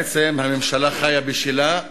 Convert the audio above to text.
בעצם, הממשלה חיה בשלה,